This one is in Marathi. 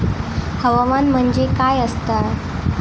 हवामान म्हणजे काय असता?